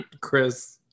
Chris